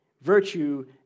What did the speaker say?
Virtue